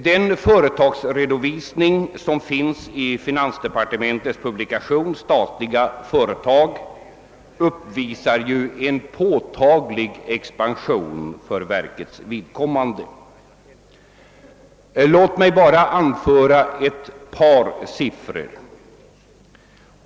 Den företagsredovisning som finns i finansdepartementets publikation Statliga företag visar en påtaglig expansion för verkets vidkommande. Låt mig bara anföra några siffror.